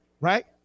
right